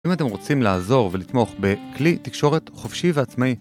אם אתם רוצים לעזור ולתמוך בכלי תקשורת חופשי ועצמאי